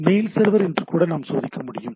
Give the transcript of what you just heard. mail server என்று கூட நான் சோதிக்க முடியும்